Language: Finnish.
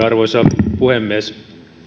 arvoisa puhemies